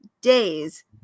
days